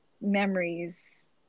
memories